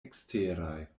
eksteraj